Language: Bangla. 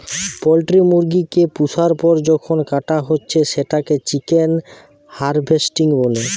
পোল্ট্রি মুরগি কে পুষার পর যখন কাটা হচ্ছে সেটাকে চিকেন হার্ভেস্টিং বলে